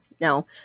no